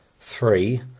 three